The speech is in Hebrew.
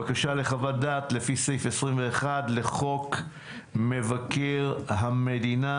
בקשה לחוות דעת לפי סעיף 21 לחוק מבקר המדינה.